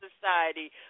society